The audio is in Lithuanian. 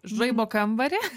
žaibo kambarį